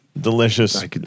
delicious